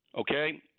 Okay